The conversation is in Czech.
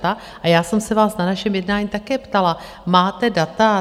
A já jsem se vás na našem jednání také ptala: máte data?